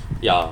ya